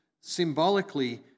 symbolically